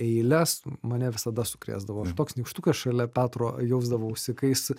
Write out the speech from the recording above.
eiles mane visada sukrėsdavo aš toks nykštukas šalia petro jausdavausi kai jis